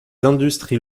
industries